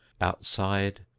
outside